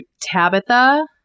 Tabitha